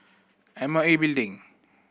M O E Building